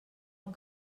amb